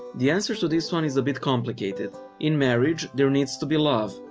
the answer to this one is a bit complicated. in marriage there needs to be love.